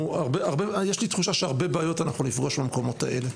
ויש לי תחושה שהרבה בעיות נפגוש במקומות האלה.